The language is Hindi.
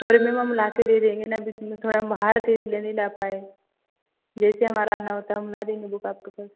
थोड़े दिन में हम लाके दे देंगे ना अभी इस समय थोड़ा हम बाहर थे इसलिए नहीं ला पाए जैसे हमारा आना होता है हम ला देंगे बुक आपके पास